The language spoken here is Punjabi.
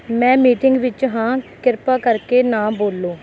ਮੈਂ ਮੀਟਿੰਗ ਵਿੱਚ ਹਾਂ ਕਿਰਪਾ ਕਰਕੇ ਨਾ ਬੋਲੋ